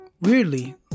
weirdly